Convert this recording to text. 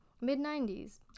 Mid-90s